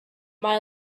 mae